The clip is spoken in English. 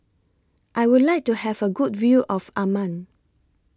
I Would like to Have A Good View of Amman